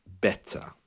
better